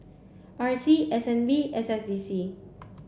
R C S N B S S D C